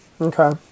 Okay